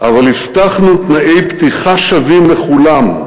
אבל הבטחנו תנאי פתיחה שווים לכולם,